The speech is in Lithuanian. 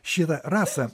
šitą rasa